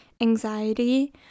anxiety